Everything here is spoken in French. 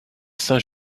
saint